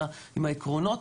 עם העקרונות.